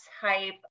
type